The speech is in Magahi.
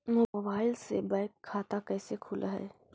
मोबाईल से बैक खाता कैसे खुल है?